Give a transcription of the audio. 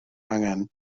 angen